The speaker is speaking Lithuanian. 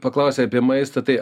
paklausei apie maistą tai